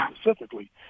specifically